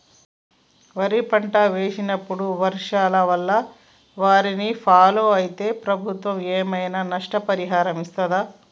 వరి పంట వేసినప్పుడు వర్షాల వల్ల వారిని ఫాలో అయితే ప్రభుత్వం ఏమైనా నష్టపరిహారం ఇస్తదా?